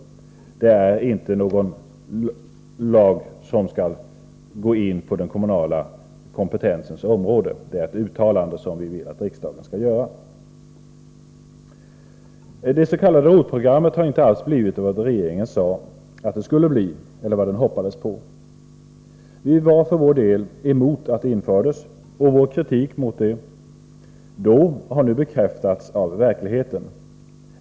Vi vill alltså inte ha en lag, som skall gå in på den kommunala kompetensens område, utan vi vill att riksdagen skall göra ett uttalande. Det s.k. ROT-programmet har inte alls blivit vad regeringen sade att det skulle bli eller vad den hade hoppats på. Vi var för vår del emot att det infördes, och det berättigade i den kritik som vi då framförde har nu bekräftats av verkligheten.